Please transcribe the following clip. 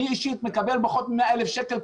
אני אישית מקבל פחות מ-100,000 שקל,